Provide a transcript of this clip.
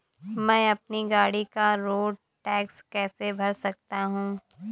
मैं अपनी गाड़ी का रोड टैक्स कैसे भर सकता हूँ?